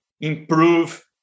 improve